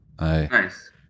Nice